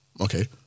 Okay